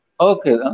Okay